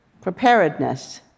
Preparedness